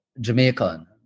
Jamaican